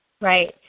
right